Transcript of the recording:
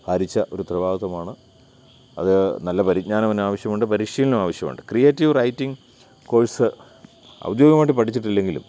ഭാരിച്ച ഒരു ഉത്തരവാദിത്തമാണ് അത് നല്ല പരിജ്ഞാനം അതിനാവശ്യമുണ്ട് പരിശീലനവും ആവശ്യമുണ്ട് ക്രിയേറ്റീവ് റൈറ്റിംഗ് കോഴ്സ് ഔദ്യോഗികമായിട്ട് പഠിച്ചിട്ടില്ലെങ്കിലും